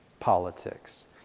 politics